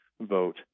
vote